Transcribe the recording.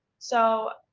so,